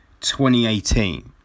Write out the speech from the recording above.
2018